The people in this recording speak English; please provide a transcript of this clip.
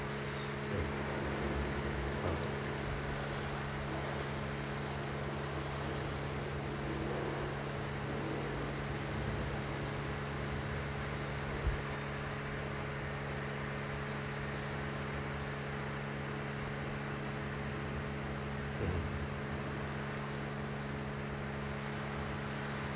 ah